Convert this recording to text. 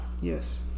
yes